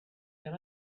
can